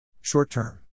Short-term